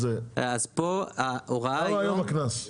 כמה היום הקנס?